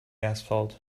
asphalt